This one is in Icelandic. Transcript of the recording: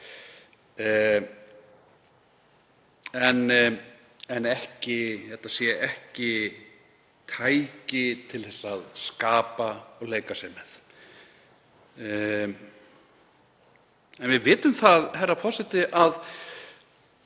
á. Þetta sé ekki tæki til að skapa og leika sér með. En við vitum það, herra forseti, að